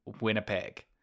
Winnipeg